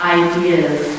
ideas